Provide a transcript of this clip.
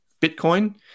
Bitcoin